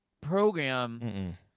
program